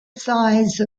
size